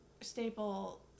staple